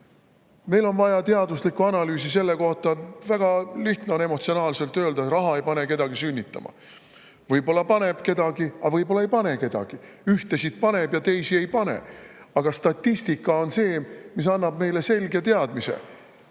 Meil on vaja teaduslikku analüüsi selle kohta. Väga lihtne on emotsionaalselt öelda, et raha ei pane kedagi sünnitama. Võib-olla paneb kedagi, aga võib-olla ei pane kedagi, ühtesid paneb ja teisi ei pane. Aga statistika on see, mis annab meile selge teadmise.